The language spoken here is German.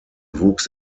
wuchs